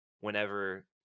whenever